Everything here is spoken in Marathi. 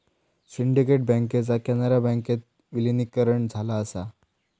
सिंडिकेट बँकेचा कॅनरा बँकेत विलीनीकरण झाला असा